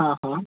हांहां